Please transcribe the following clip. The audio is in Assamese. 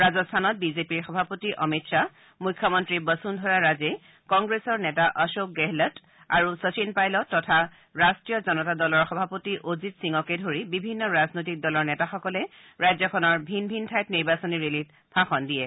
ৰাজস্থানত বিজেপিৰ সভাপতি অমিত শ্বাহ মুখ্যমন্ত্ৰী বসুন্ধৰা ৰাজে কংগ্ৰেছৰ নেতা অশোক গেহলট আৰু শচীন পাইলট তথা ৰাষ্ট্ৰীয় জনতা দলৰ সভাপতি অজিত সিঙকে ধৰি বিভিন্ন ৰাজনৈতিক দলৰ নেতাসকলে ৰাজ্যখনৰ বিভিন্ন ঠাইত নিৰ্বাচনী ৰেলীত ভাষণ দিছে